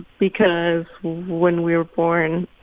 because when we were born,